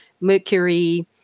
mercury